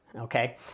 okay